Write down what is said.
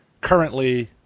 currently